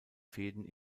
fäden